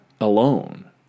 alone